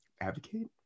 advocate